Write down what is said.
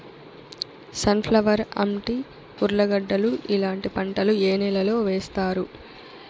Sun flower, అంటి, ఉర్లగడ్డలు ఇలాంటి పంటలు ఏ నెలలో వేస్తారు?